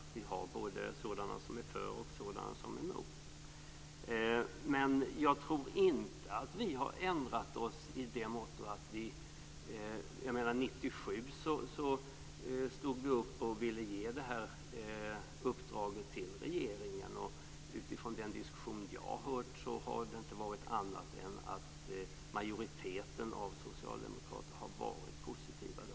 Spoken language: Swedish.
Vi har både sådana som är för och sådana som är emot. Men jag tror inte att vi har ändrat oss. 1997 stod vi upp och ville ge det här uppdraget till regeringen, och utifrån den diskussion som jag har hört har det inte varit fråga om annat än att majoriteten av socialdemokraterna har varit positiva då.